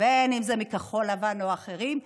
אם מכחול לבן ואם מאחרים,